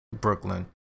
Brooklyn